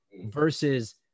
versus